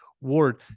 ward